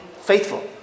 faithful